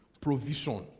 provision